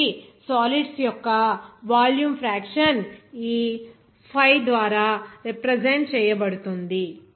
కాబట్టి సాలీడ్స్ యొక్క volume fraction ఈ Phai ద్వారా రిప్రజెంట్ చేయబడుతుంది